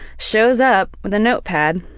shows up with a note pad.